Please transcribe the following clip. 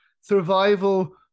survival